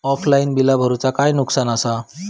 Offline बिला भरूचा काय नुकसान आसा?